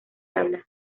habla